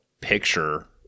picture